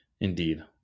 indeed